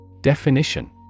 Definition